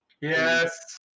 Yes